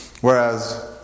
whereas